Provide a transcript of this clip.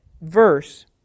verse